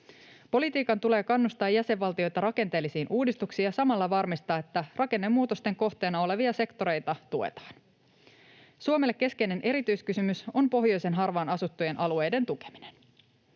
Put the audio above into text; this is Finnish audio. Politiikan tulee kannustaa jäsenvaltioita rakenteellisiin uudistuksiin ja samalla varmistaa, että rakennemuutosten kohteena olevia sektoreita tuetaan. Suomelle keskeinen erityiskysymys on pohjoisten harvaan asuttujen alueiden tukeminen.